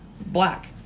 black